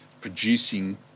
producing